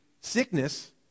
sickness